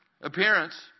appearance